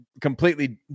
completely